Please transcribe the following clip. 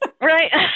Right